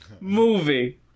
movie